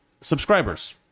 subscribers